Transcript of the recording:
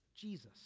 Jesus